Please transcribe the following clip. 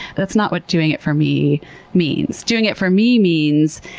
that's not what doing it for me means. doing it for me means,